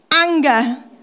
anger